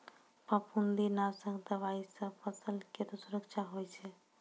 फफूंदी नाशक दवाई सँ फसल केरो सुरक्षा होय छै